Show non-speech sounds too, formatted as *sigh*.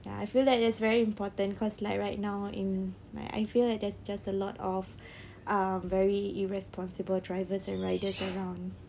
ya I feel that that is very important because like right now in like I feel like there's just a lot of *breath* uh very irresponsible drivers and riders around